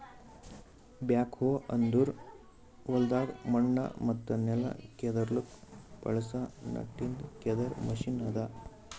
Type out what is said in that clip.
back ಹೋ ಅಂದುರ್ ಹೊಲ್ದಾಗ್ ಮಣ್ಣ ಮತ್ತ ನೆಲ ಕೆದುರ್ಲುಕ್ ಬಳಸ ನಟ್ಟಿಂದ್ ಕೆದರ್ ಮೆಷಿನ್ ಅದಾ